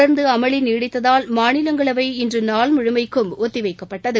தொடர்ந்து அமளி நீடித்ததால் மாநிலங்களவை இன்று நாள் முழுவதம் ஒத்திவைக்கப்பட்டது